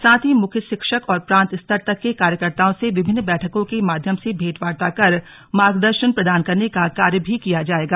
साथ ही मुख्य शिक्षक और प्रान्त स्तर तक के कार्यकताओं से विभिन्न बैठकों के माध्यम से भेंटवार्ता कर मार्गदर्शन प्रदान करने का कार्य भी किया जायेगा